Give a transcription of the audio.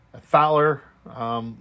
Fowler